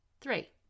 Three